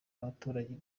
abaturage